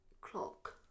Clock